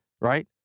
right